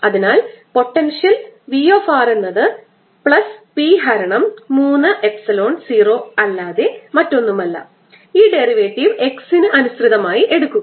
അതിനാൽ potential V r എന്നത് plus P ഹരണം 3 എപ്സിലോൺ 0 x അല്ലാതെ മറ്റൊന്നുമല്ല ഈ ഡെറിവേറ്റീവ് x ന് അനുസൃതമായി എടുക്കുക